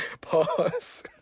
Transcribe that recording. Pause